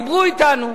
דיברו אתנו,